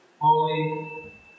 holy